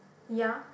ya